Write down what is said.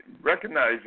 Recognize